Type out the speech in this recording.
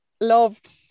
loved